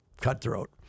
cutthroat